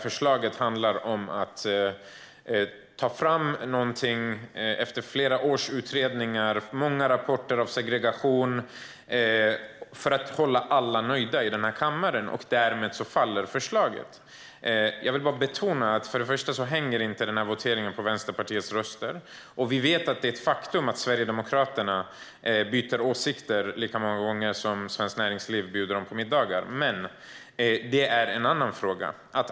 Förslaget handlar om att, efter flera års utredningar och många rapporter om segregation, ta fram någonting för att göra alla i kammaren nöjda. Därmed faller förslaget. Jag vill bara betona att till att börja med hänger inte den här voteringen på Vänsterpartiets röster. Vi vet att det är ett faktum att Sverigedemokraterna byter åsikter lika många gånger som Svenskt Näringsliv bjuder dem på middagar. Men det är en annan fråga.